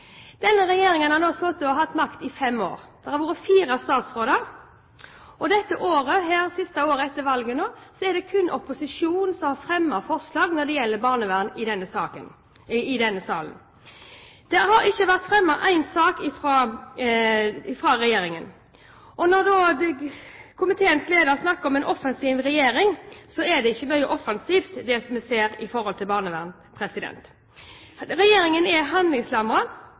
Denne regjeringen har nå hatt makten i fem år, det har vært fire statsråder, og dette siste året nå etter valget er det kun opposisjonen som i denne salen har fremmet forslag når det gjelder barnevern. Det har ikke vært fremmet én sak fra regjeringen. Når komiteens leder snakker om en offensiv regjering, er det ikke mye offensivt det som vi ser i forhold til barnevernet. Regjeringen er